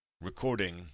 recording